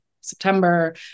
September